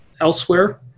elsewhere